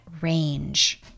range